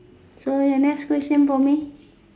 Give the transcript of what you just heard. so your next question for me